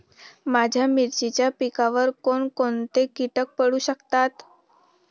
माझ्या मिरचीच्या पिकावर कोण कोणते कीटक पडू शकतात?